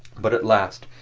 but at last,